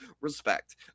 respect